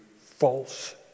false